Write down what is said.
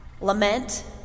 Lament